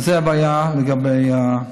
זו הבעיה לגבי זה.